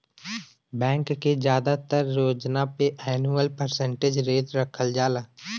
bank के जादातर योजना पे एनुअल परसेंटेज रेट रखल जाला